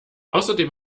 außerdem